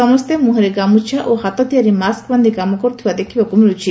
ସମସ୍ତେ ମୁହଁରେ ଗାମୁଛା ଏବଂ ହାତିତିଆରି ମାସ୍କ ବାକ୍ଷି କାମ କର୍ଥଥବାର ଦେଖିବାକୁ ମିଳୁଛି